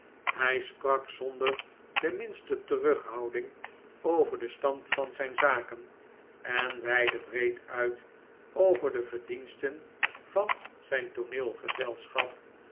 hij sprak zonder de minste terughouding over den stand van zijn zaken en weidde breed uit over de verdiensten van zijn